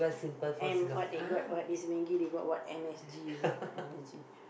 and what they got what is maggi they got what M_S_G right M_S_G